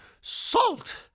salt